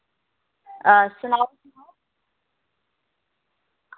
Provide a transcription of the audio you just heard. हां सनाओ